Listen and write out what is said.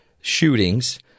shootings